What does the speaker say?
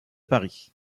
paris